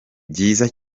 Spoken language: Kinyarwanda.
byiza